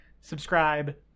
subscribe